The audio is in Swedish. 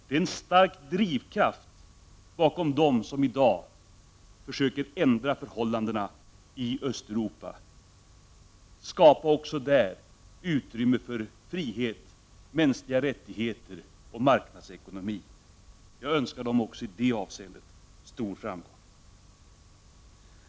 Det är en stark drivkraft bakom dem som i dag försöker ändra förhållandena i Östeuropa och skapa utrymme också där för frihet, mänskliga rättigheter och marknadsekonomi. Jag önskar dem stor framgång.